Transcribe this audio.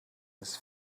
his